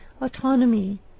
autonomy